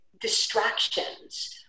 distractions